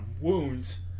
wounds